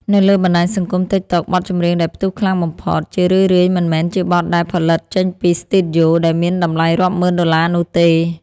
នៅលើបណ្តាញសង្គម TikTok បទចម្រៀងដែលផ្ទុះខ្លាំងបំផុត ជារឿយៗមិនមែនជាបទដែលផលិតចេញពីស្ទូឌីយោដែលមានតម្លៃរាប់ម៉ឺនដុល្លារនោះទេ។